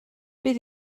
bydd